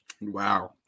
Wow